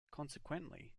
consequently